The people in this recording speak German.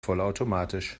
vollautomatisch